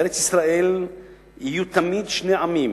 בארץ-ישראל יהיו תמיד שני עמים"